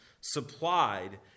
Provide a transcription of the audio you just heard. supplied